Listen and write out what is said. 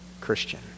Christian